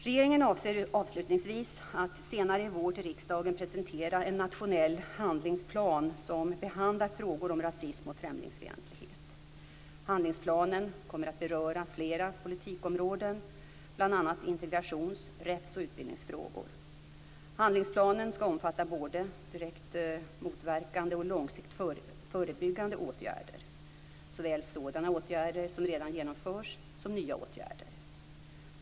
Regeringen avser avslutningsvis att senare i vår till riksdagen presentera en nationell handlingsplan som behandlar frågor om rasism och främlingsfientlighet. Handlingsplanen kommer att beröra flera politikområden, bl.a. integrations-, rätts och utbildningsfrågor. Handlingsplanen ska omfatta både direkt motverkande och långsiktigt förebyggande åtgärder, såväl sådana åtgärder som redan genomförs som nya åtgärder.